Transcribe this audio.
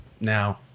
Now